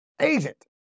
agent